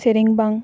ᱥᱮᱨᱮᱧ ᱵᱟᱝ